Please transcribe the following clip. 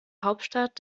hauptstadt